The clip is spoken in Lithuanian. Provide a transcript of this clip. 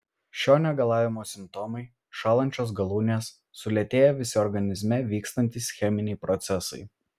šio negalavimo simptomai šąlančios galūnės sulėtėję visi organizme vykstantys cheminiai procesai